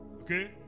okay